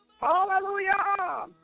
Hallelujah